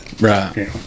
Right